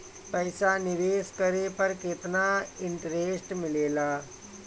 पईसा निवेश करे पर केतना इंटरेस्ट मिलेला?